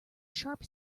sharp